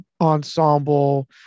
ensemble